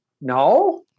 no